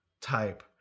type